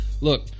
look